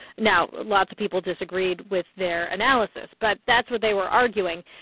now, lots of people disagreed with their analysis, but that's what they were arguing.